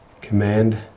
Command